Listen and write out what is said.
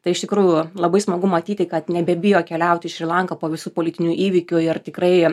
tai iš tikrųjų labai smagu matyti kad nebebijo keliaut į šri lanką po visų politinių įvykių ir tikrai